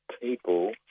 people